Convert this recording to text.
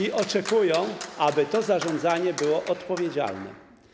I oczekują, aby to zarządzanie było odpowiedzialne.